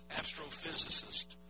astrophysicist